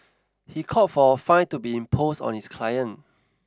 he called for a fine to be imposed on his client